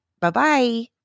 Bye-bye